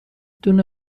دونه